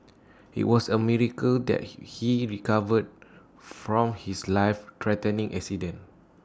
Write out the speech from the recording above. IT was A miracle that he he recovered from his life threatening accident